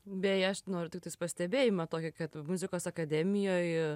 beje aš noriu tiktais pastebėjimą tokį kad muzikos akademijoj